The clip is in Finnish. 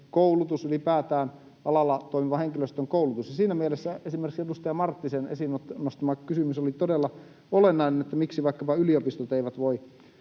koulutus, ylipäätään alalla toimivan henkilöstön koulutus. Siinä mielessä esimerkiksi edustaja Marttisen esiin nostama kysymys oli todella olennainen, että miksi vaikkapa yliopistot eivät voi